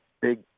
big